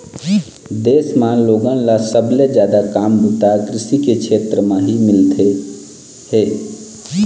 देश म लोगन ल सबले जादा काम बूता कृषि के छेत्र म ही मिलत हे